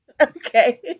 Okay